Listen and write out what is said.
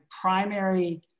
primary